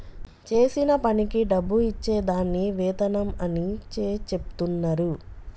చేసిన పనికి డబ్బు ఇచ్చే దాన్ని వేతనం అని చెచెప్తున్నరు